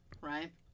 right